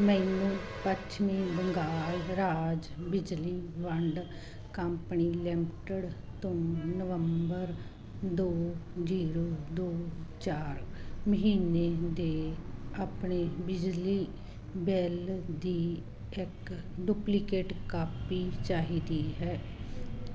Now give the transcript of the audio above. ਮੈਨੂੰ ਪੱਛਮੀ ਬੰਗਾਲ ਰਾਜ ਬਿਜਲੀ ਵੰਡ ਕੰਪਨੀ ਲਿਮਟਿਡ ਤੋਂ ਨਵੰਬਰ ਦੋ ਜ਼ੀਰੋ ਦੋ ਚਾਰ ਮਹੀਨੇ ਦੇ ਆਪਣੇ ਬਿਜਲੀ ਬਿੱਲ ਦੀ ਇੱਕ ਡੁਪਲੀਕੇਟ ਕਾਪੀ ਚਾਹੀਦੀ ਹੈ